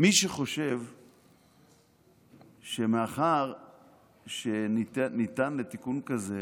מי שחושב שמאחר שניתן לתיקון כזה